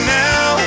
now